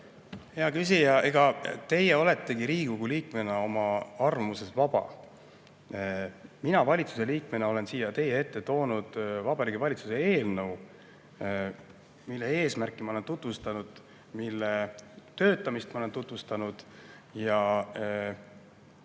Hea küsija! Teie oletegi Riigikogu liikmena oma arvamuses vaba. Mina valitsusliikmena olen siia teie ette toonud Vabariigi Valitsuse eelnõu, mille eesmärki ma olen tutvustanud, mille toimimist ma olen tutvustanud.